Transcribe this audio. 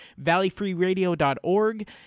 valleyfreeradio.org